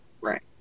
right